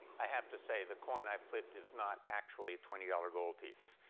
i have to say the coin i flipped is not actually a twenty dollars gold piece,